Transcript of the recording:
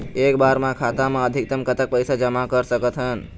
एक बार मा खाता मा अधिकतम कतक पैसा जमा कर सकथन?